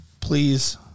Please